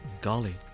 Golly